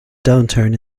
downturn